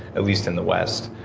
at least in the west.